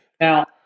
Now